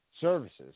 services